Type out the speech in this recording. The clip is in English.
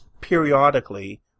periodically